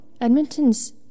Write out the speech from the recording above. Edmonton's